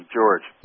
George